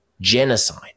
Genocide